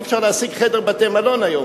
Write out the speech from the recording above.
אי-אפשר להשיג חדר בבתי-מלון היום,